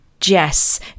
Jess